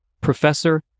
professor